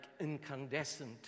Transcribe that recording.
incandescent